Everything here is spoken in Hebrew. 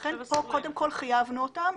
לכן כאן חייבנו אותן.